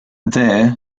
there